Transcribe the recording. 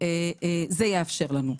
זה יאפשר לנו.